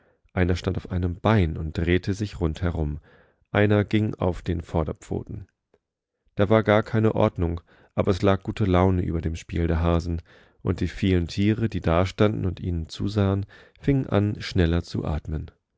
einer stand auf einem bein und drehte sich rund herum einer ging auf den vorderpfoten da war gar keine ordnung aber es lag gute laune über dem spielderhasen unddievielentiere diedastandenundihnenzusahen fingen an schneller zu atmen